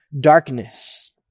darkness